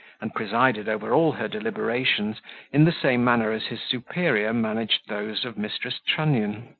and presided over all her deliberations in the same manner as his superior managed those of mrs. trunnion.